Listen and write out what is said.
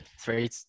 three